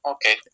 Okay